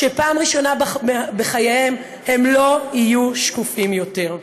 ופעם ראשונה בחייהם הם לא יהיו שקופים יותר.